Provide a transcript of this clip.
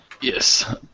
Yes